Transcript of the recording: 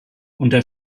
unter